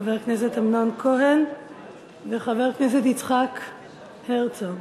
חבר הכנסת אמנון כהן וחבר הכנסת יצחק הרצוג.